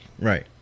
Right